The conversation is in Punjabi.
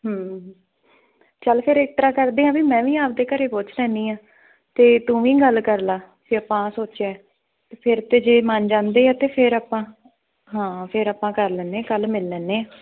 ਚੱਲ ਫਿਰ ਇਸ ਤਰ੍ਹਾਂ ਕਰਦੇ ਹਾਂ ਵੀ ਮੈਂ ਵੀ ਆਪਣੇ ਘਰ ਪੁੱਛ ਲੈਂਦੀ ਹਾਂ ਅਤੇ ਤੂੰ ਵੀ ਗੱਲ ਕਰਲਾ ਅਤੇ ਆਪਾਂ ਆਹ ਸੋਚਿਆ ਫਿਰ ਅਤੇ ਜੇ ਮਨ ਜਾਂਦੇ ਆ ਤਾਂ ਫਿਰ ਆਪਾਂ ਹਾਂ ਫਿਰ ਆਪਾਂ ਕਰ ਲੈਂਦੇ ਹਾਂ ਕੱਲ੍ਹ ਮਿਲ ਲੈਂਦੇ ਹਾਂ